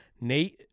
Nate